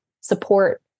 support